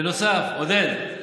בנוסף, עודד,